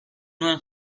nuen